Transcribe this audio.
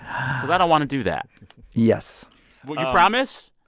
i don't want to do that yes will you promise?